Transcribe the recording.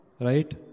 Right